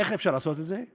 איך אפשר לעשות את זה?